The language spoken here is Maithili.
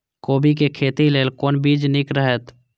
कोबी के खेती लेल कोन बीज निक रहैत?